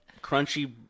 crunchy